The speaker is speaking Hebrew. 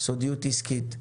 סודיות עסקית.